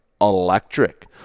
electric